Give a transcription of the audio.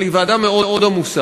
אבל היא ועדה מאוד עמוסה,